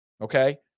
okay